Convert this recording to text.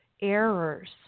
errors